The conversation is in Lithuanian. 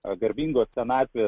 garbingos senatvės